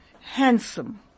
handsome